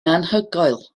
anhygoel